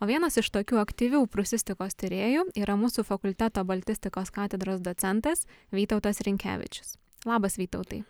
o vienas iš tokių aktyvių prūsistikos tyrėjų yra mūsų fakulteto baltistikos katedros docentas vytautas rinkevičius labas vytautai